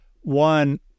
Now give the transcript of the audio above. one